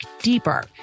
deeper